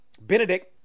Benedict